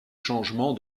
changement